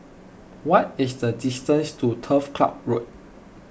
what is the distance to Turf Ciub Road